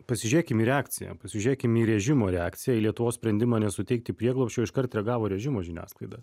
pasižiūrėkim į reakciją pasižiūrėkim į režimo reakcija į lietuvos sprendimą nesuteikti prieglobsčio iškart reagavo režimo žiniasklaida